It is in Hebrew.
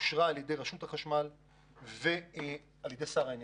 אושרה על ידי רשות החשמל ועל ידי שר האנרגיה,